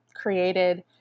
created